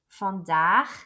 vandaag